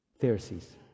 Pharisees